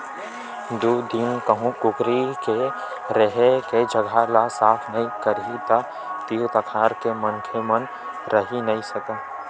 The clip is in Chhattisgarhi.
दू दिन कहूँ कुकरी के रेहे के जघा ल साफ नइ करही त तीर तखार के मनखे मन रहि नइ सकय